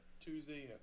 Tuesday